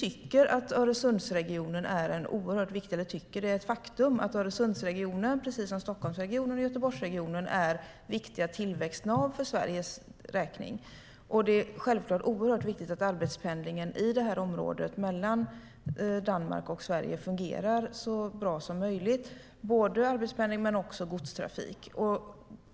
Det är ett faktum att Öresundsregionen, precis som Stockholmsregionen och Göteborgsregionen, är ett viktigt tillväxtnav i Sverige. Det är självklart oerhört viktigt att arbetspendlingen i området mellan Danmark och Sverige fungerar så bra som möjligt. Det gäller både arbetspendling och godstrafik.